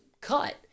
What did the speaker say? cut